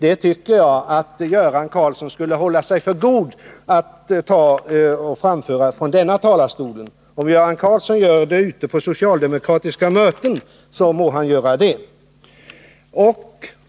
Han bör i varje fall inte göra det från denna talarstol, men om han vill göra det på socialdemokratiska möten, så må det stå honom fritt.